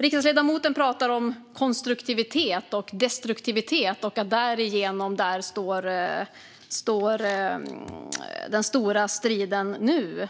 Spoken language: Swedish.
Riksdagsledamoten talar om konstruktivitet och destruktivitet och att den stora striden nu står däremellan.